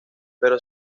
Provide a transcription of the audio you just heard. pero